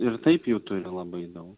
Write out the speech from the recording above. ir taip jų turi labai daug